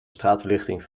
straatverlichting